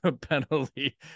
penalty